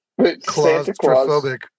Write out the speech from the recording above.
Claustrophobic